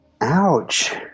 Ouch